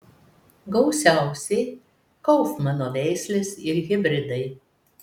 gausiausiai kaufmano veislės ir hibridai